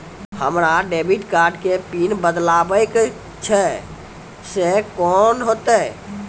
हमरा debit card के pin बदलबावै के छैं से कौन होतै?